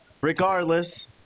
regardless